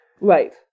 Right